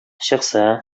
чыкса